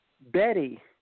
Betty